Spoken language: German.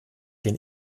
den